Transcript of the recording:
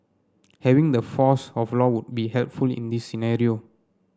having the force of law would be helpful in this scenario